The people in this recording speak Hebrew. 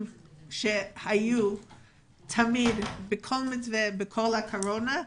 שהיו תמיד בכל מתווה בכל הקורונה,